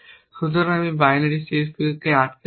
সুতরাং আমরা binary C S Ps এ আটকে থাকব